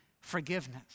forgiveness